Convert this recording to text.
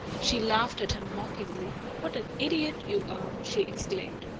she laughed at him mockingly. what an idiot you are! she exclaimed.